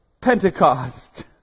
Pentecost